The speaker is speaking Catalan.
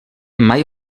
mai